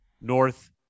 north